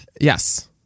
Yes